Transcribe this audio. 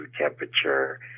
temperature